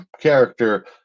character